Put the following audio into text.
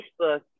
Facebook